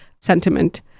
sentiment